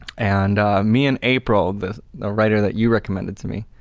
and me and april, the writer that you recommended to me,